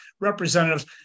representatives